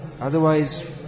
otherwise